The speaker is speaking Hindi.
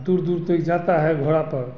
दूर दूर तक जाता है घोड़ा पर